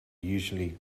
usually